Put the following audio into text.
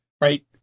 right